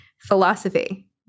philosophy